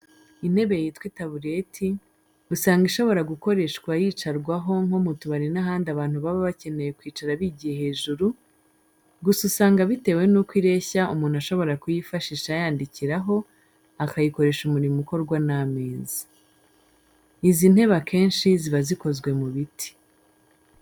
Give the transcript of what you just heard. Intebe yitwa itabureti, usanga ishobora gukoreshwa yicarwaho nko mu tubari n'ahandi abantu baba bakeneye kwicara bigiye hejuru, gusa usanga bitewe n'uko ireshya umuntu ashobora kuyifashisha ayandikiraho, akayikoresha umurimo ukorwa n'ameza. Izi ntebe akenshi ziba zikozwe mu biti.